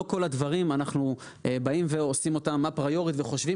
לא את כל הדברים אנחנו עושים אפריורית וחושבים